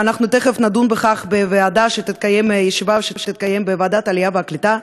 ואנחנו תכף נדון בכך בישיבה שתתקיים בוועדת העלייה והקליטה,